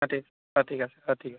অঁ ঠিক আছে অঁ ঠিক আছে